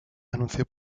anunció